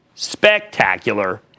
Spectacular